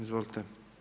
Izvolite.